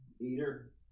Eater